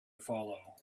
follow